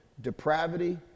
Depravity